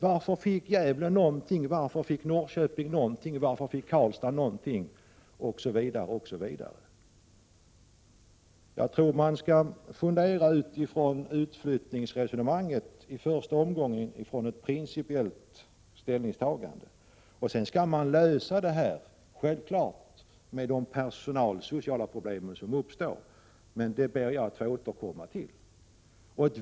Det fanns orsaker till att — Prot. 1987/88:46 statliga verk utlokaliserades till Gävle, Norrköping, Karlstad osv. 16 december 1987 Utflyttningsresonemanget bör i första omgången föras utifrån ett'princi==—= Tr a, piellt ställningstagande. Självklart skall sedan de personalsociala problem som uppstår lösas, men den frågan ber jag att få återkomma till.